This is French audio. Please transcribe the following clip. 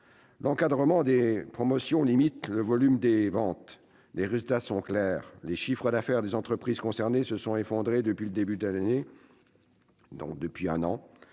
L'encadrement des promotions limite le volume des ventes. Les résultats sont clairs : les chiffres d'affaires des entreprises concernées se sont effondrés depuis un an. Ils parlent